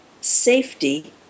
safety